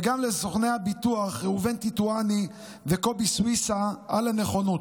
וגם לסוכני הביטוח ראובן טיטואני וקובי סויסה על הנכונות.